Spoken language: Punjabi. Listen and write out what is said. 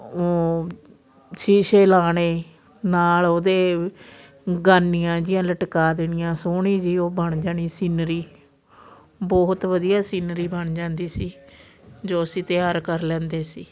ਸ਼ੀਸ਼ੇ ਲਾਉਣੇ ਨਾਲ ਉਹਦੇ ਗਾਨੀਆਂ ਜਿਹੀਆਂ ਲਟਕਾ ਦੇਣੀਆਂ ਸੋਹਣੀ ਜਿਹੀ ਉਹ ਬਣ ਜਾਣੀ ਸੀਨਰੀ ਬਹੁਤ ਵਧੀਆ ਸੀਨਰੀ ਬਣ ਜਾਂਦੀ ਸੀ ਜੋ ਅਸੀਂ ਤਿਆਰ ਕਰ ਲੈਂਦੇ ਸੀ